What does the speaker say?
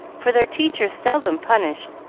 for their teacher seldom punished,